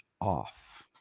off